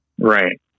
Right